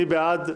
מי שבעד,